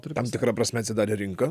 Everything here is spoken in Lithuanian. tam tikra prasme atsidarė rinka